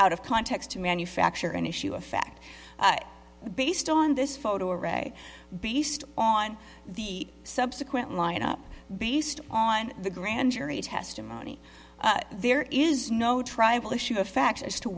out of context to manufacture an issue of fact based on this photo array based on the subsequent lineup based on the grand jury testimony there is no tribal issue of facts as to